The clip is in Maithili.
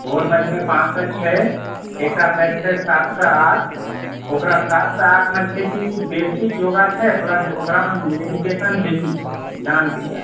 भोरमे छै पाँच सँ छओ एकटा बैच छै सात सँ आठ ओकरा सात सँ आठ मे छै कि बेसिक योगा छै प्लस ओकरामे मैडिटेशन बेसी छै ध्यान क्रिया